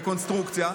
בקונסטרוקציה,